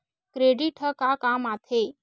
Credit ह का काम आथे?